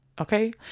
okay